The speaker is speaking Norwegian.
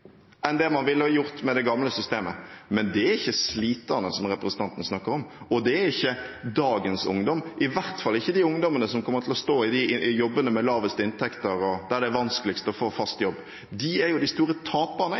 enn det man ville gjort med det gamle systemet, men det er ikke sliterne, som representanten snakker om, og det er ikke dagens ungdom, i hvert fall ikke de ungdommene som kommer til å stå i jobbene med lavest inntekt og der det er vanskeligst å få fast jobb. De er de store